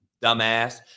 dumbass